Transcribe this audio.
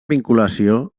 vinculació